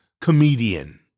comedian